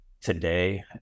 today